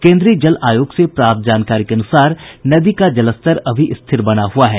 केन्द्रीय जल आयोग से प्राप्त जानकारी के अनुसार नदी का जलस्तर अभी स्थिर बना हुआ है